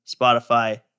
Spotify